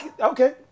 okay